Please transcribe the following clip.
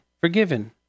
forgiven